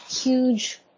huge